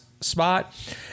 spot